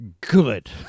good